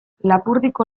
lapurdiko